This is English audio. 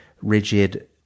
rigid